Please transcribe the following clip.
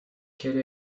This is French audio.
quel